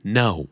no